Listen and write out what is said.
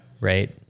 right